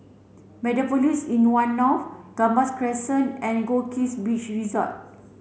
Mediapolis in One North Gambas Crescent and Goldkist Beach Resort